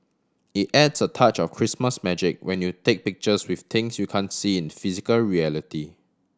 it adds a touch of Christmas magic when you take pictures with things you can see in physical reality